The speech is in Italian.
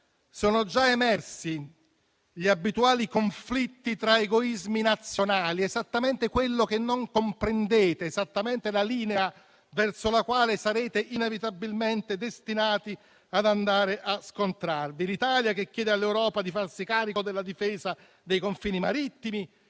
sono già emersi gli abituali conflitti tra egoismi nazionali, esattamente quello che non comprendete, esattamente la linea verso la quale sarete inevitabilmente destinati ad andare a scontrarvi: l'Italia che chiede all'Europa di farsi carico della difesa dei confini marittimi,